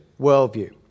worldview